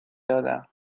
دادم